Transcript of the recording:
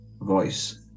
voice